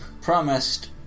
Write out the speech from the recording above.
promised